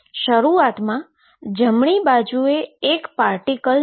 શરૂઆતમાં જમણી બાજુએ એક પણ પાર્ટીકલ નથી